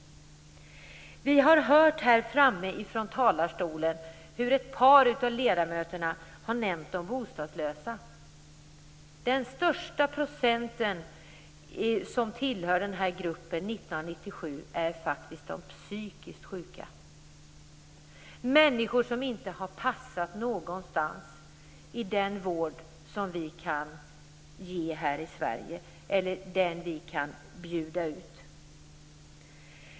Vi har här framme från talarstolen hört ett par av ledamöterna nämna de bostadslösa. Den största procenten som tillhör den här gruppen år 1997 är faktiskt de psykiskt sjuka. Det är människor som inte har passat in någonstans i den vård som vi kan ge här i Sverige, eller den vi kan erbjuda.